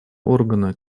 органа